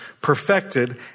perfected